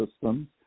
systems